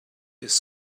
his